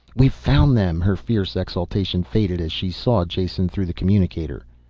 we've found them! her fierce exultation faded as she saw jason through the communicator.